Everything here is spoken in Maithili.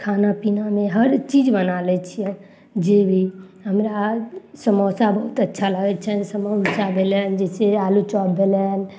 खाना पीनामे हर चीज बना लै छियनि जे भी हमरा समोसा बहुत अच्छा लागय छनि समोसा भेलनि जैसे आलू चॉप भेलनि